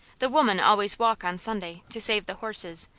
the women always walk on sunday, to save the horses,